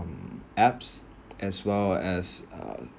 um apps as well as uh